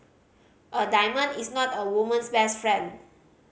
a diamond is not a woman's best friend